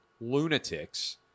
lunatics